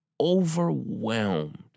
overwhelmed